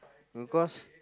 no cause